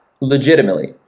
Legitimately